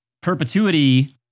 perpetuity